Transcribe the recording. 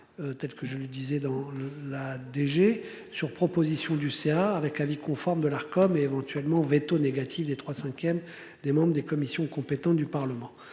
Telle que je le disais dans le la DG sur proposition du CA avec avis conforme de l'Arcom éventuellement véto. Des 3 cinquièmes des membres des commissions compétentes du Parlement.